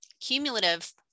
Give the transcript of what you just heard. cumulative